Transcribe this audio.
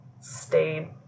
stayed